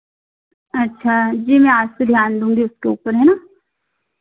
अच्छा जी मैं आज से ध्यान दूँगी उसके पर है ना